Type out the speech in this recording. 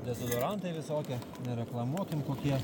dezodorantai visokie nereklamuokim kokie